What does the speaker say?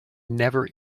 never